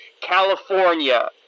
California